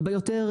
הרבה יותר,